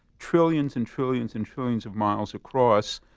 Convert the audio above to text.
trillions and trillions and trillions of miles across,